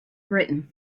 britain